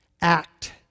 act